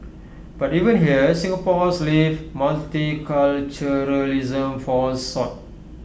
but even here Singapore's lived multiculturalism falls short